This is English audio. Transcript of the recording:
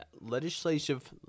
legislative